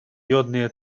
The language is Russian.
йодные